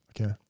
Okay